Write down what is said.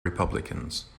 republicans